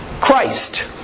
Christ